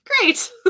great